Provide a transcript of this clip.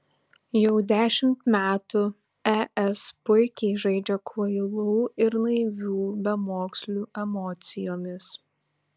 jau dešimt metų es puikiai žaidžia kvailų ir naivių bemokslių emocijomis